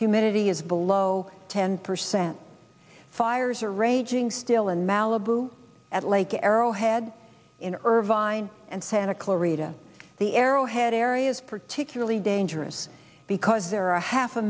humidity is below ten percent fires are raging still in malibu at lake arrowhead in irvine and santa clarita the arrowhead area is particularly dangerous because there are half a